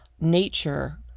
nature